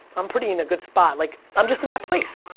i'm pretty in a good spot. like, i'm just in that place.